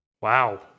Wow